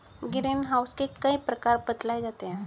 green house के कई प्रकार बतलाए जाते हैं